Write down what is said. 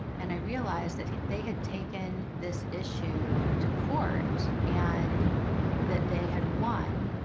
and i realized that they had taken this issue to court and that they had won